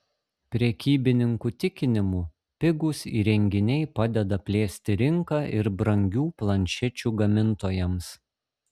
prekybininkų tikinimu pigūs įrenginiai padeda plėsti rinką ir brangių planšečių gamintojams